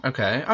Okay